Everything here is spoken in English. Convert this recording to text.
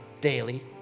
daily